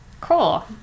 Cool